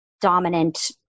dominant